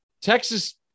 Texas